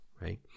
right